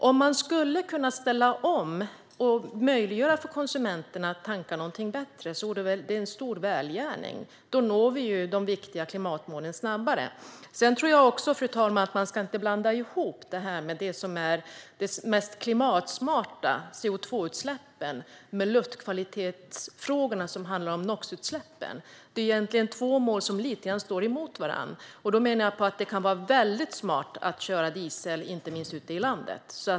Om man kunde ställa om och möjliggöra för konsumenterna att tanka någonting bättre vore det väl en stor välgärning. Då skulle vi nå de viktiga klimatmålen snabbare. Jag tror inte, fru talman, att man ska blanda ihop det som vore det mest klimatsmarta, det vill säga CO2-utsläppen, med luftkvalitetsutsläppen, NOx-utsläppen. Det här är egentligen två mål som står mot varandra lite grann. Det kan då vara väldigt smart att köra med diesel ute i landet.